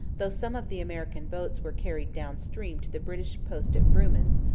though some of the american boats were carried down-stream to the british post at vrooman's,